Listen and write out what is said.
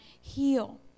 heal